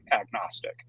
agnostic